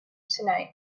tonight